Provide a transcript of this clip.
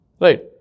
Right